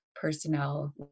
Personnel